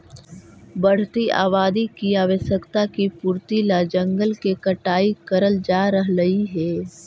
बढ़ती आबादी की आवश्यकता की पूर्ति ला जंगल के कटाई करल जा रहलइ हे